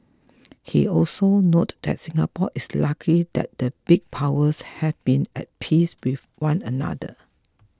he also noted that Singapore is lucky that the big powers have been at peace with one another